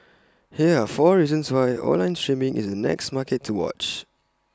here are four reasons why online streaming is the next market to watch